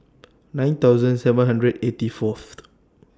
nine thousand seven hundred eighty Fourth